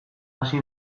hasi